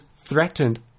threatened